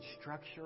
structure